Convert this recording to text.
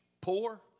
poor